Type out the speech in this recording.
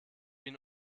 ihn